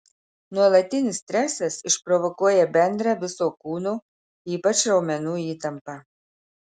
nuolatinis stresas išprovokuoja bendrą viso kūno ypač raumenų įtampą